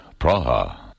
Praha